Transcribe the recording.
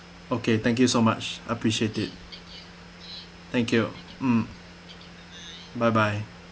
okay thank you so much appreciate it thank you mm bye bye